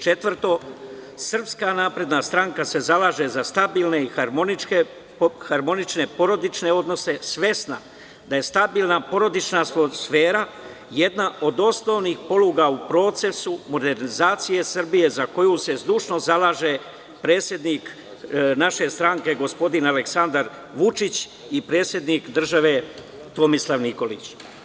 Četvrto – SNS se zalaže za stabilne i harmonične porodične odnose, svesna da je stabilna porodična atmosfera jedna od osnovnih poluga u procesu modernizacije Srbije, za koju se zdušno zalaže predsednik naše stranke gospodin Aleksandar Vučić i predsednik države Tomislav Nikolić.